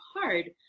hard